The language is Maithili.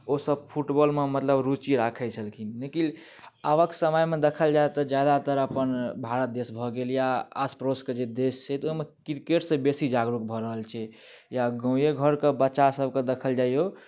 ओसभ फुटबॉलमे मतलब रूचि राखैत छलखिन लेकिन आबक समयमे देखल जाय तऽ ज्यादातर अपन भारत देश भऽ गेल या आस पड़ोसके जे देश छै तऽ ओहिमे क्रिकेटसँ बेसी जागरूक भऽ रहल छै या गामे घरके बच्चासभके देखल जैऔ